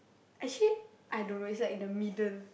actually I don't know is like the middle